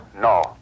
No